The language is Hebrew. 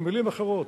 במלים אחרות,